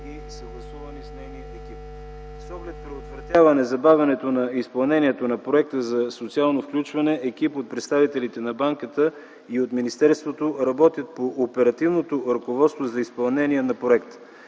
и съгласувани с нейния екип. С оглед предотвратяване забавянето на изпълнението на Проекта за социално включване, екип от представителите на Банката и от министерството работят по оперативното ръководство за изпълнение на проекта.